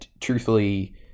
truthfully